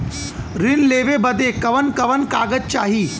ऋण लेवे बदे कवन कवन कागज चाही?